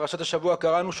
בפרשת השבוע קראנו,